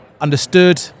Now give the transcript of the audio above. understood